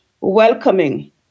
welcoming